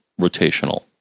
rotational